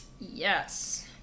Yes